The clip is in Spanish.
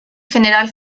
general